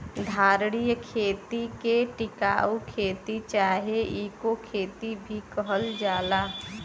धारणीय खेती के टिकाऊ खेती चाहे इको खेती भी कहल जाला